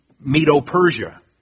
Medo-Persia